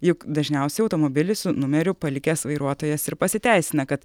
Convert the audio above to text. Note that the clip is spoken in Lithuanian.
juk dažniausiai automobilį su numeriu palikęs vairuotojas ir pasiteisina kad